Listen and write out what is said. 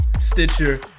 stitcher